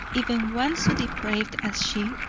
even one so depraved as she,